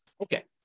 okay